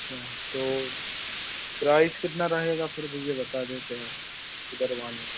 अच्छा तो प्राइस कितना रहेगा फिर भैया बता देते आप सुधरवाना था